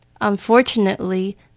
Unfortunately